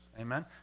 amen